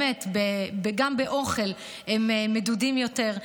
גם באוכל הם מדודים יותר,